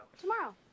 tomorrow